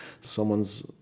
someone's